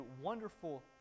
wonderful